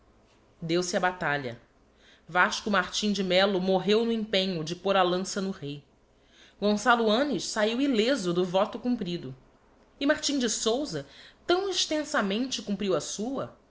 e bater-lhe deu-se a batalha vasco martim de mello morreu no empenho de pôr a lança no rei gonçalo annes sahiu illeso do voto cumprido e martim de sousa tão extensamente cumpriu